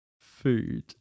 food